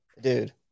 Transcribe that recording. Dude